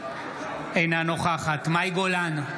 אינה נוכחת מאי גולן,